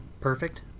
perfect